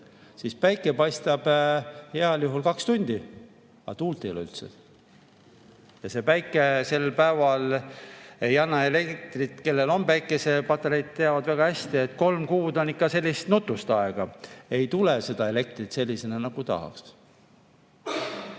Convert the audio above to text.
siis päike paistab heal juhul kaks tundi, aga tuult ei ole üldse. Ja päike sel päeval ei anna elektrit. Kellel on päikesepatareid, teavad väga hästi, et kolm kuud on sellist nutust aega, ei tule seda elektrit sellisena, nagu tahaks.